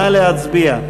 נא להצביע.